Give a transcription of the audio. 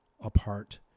apart